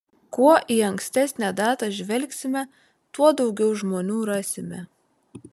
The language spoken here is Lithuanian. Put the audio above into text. kuo į ankstesnę datą žvelgsime tuo daugiau žmonių rasime